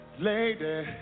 Lady